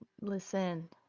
Listen